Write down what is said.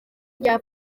rya